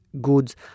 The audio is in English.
goods